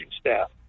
staff